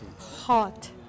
Hot